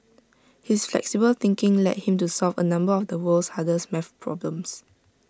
his flexible thinking led him to solve A number of the world's hardest math problems